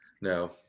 No